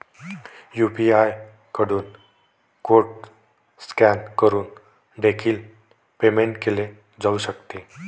UPI कडून code scan करून देखील पेमेंट केले जाऊ शकते